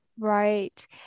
Right